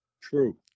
True